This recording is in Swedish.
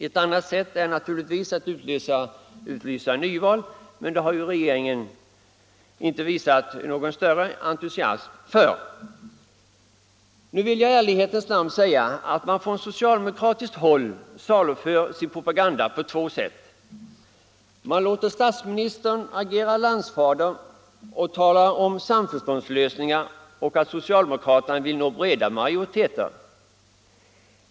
Ett annat sätt är att utlysa nyval, men det har ju inte regeringen visat någon större entusiasm för. Nu vill jag i ärlighetens namn säga att man från socialdemokratiskt håll saluför sin propaganda på två sätt. Man låter statsministern agera landsfader och tala om samförståndslösningar och om socialdemokraternas önskan att få breda majoriteter.